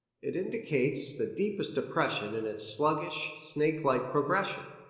it indicates the deepest depression in its sluggish, snake-like progression.